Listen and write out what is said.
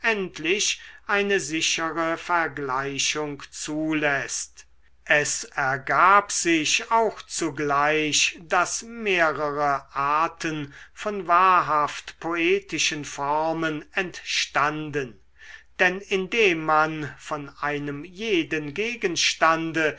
eine sichere vergleichung zuläßt es ergab sich auch zugleich daß mehrere arten von wahrhaft poetischen formen entstanden denn indem man von einem jeden gegenstande